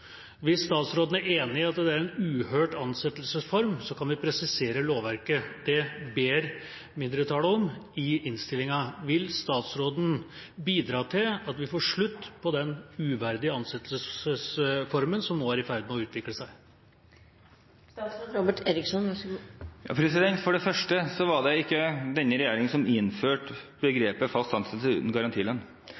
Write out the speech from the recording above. Hvis statsråden er enig i at det er en uhørt ansettelsesform, kan vi presisere lovverket. Det ber et mindretall om i innstillingen. Vil statsråden bidra til at vi får slutt på den uverdige ansettelsesformen som nå er i ferd med å utvikle seg? For det første var det ikke denne regjeringen som innførte begrepet «fast ansettelse uten garantilønn».